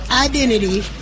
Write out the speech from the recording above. identity